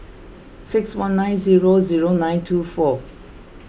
six one nine zero zero nine two four